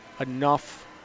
enough